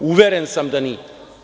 Uveren sam da nije.